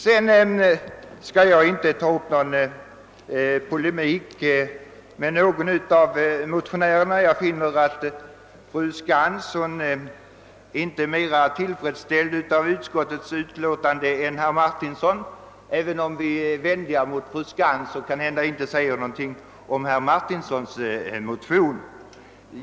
Jag skall inte ta upp någon polemik med någon av motionärerna. Jag finner att fru Skantz inte är mer tillfredsställd med utskottets utlåtande än vad herr Martinsson är, trots att vi väl varit vänligare mot fru Skantz — hennes motion omnämns särskilt i utlåtandet.